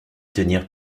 tenir